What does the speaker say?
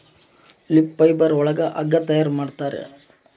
leaf fibre ಒಳಗ ಹಗ್ಗ ತಯಾರ್ ಮಾಡುತ್ತಾರೆ